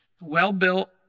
well-built